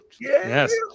Yes